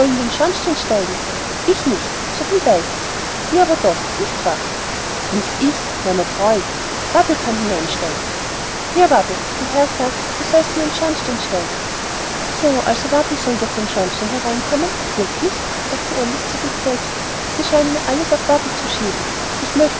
den schornstein steigen ich nicht so viel weiß ich ihr aber doch nicht wahr nicht ich meiner treu wabbel kann hineinsteigen hier wabbel der herr sagt du sollst in den schornstein steigen so also wabbel soll durch den schornstein hereinkommen wirklich sagte alice zu sich selbst sie scheinen mir alles auf wabbel zu schieben ich möchte